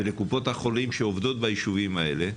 ולקופות החולים שעובדות בישובים האלה,